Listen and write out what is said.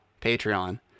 Patreon